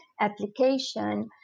application